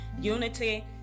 Unity